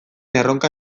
erronka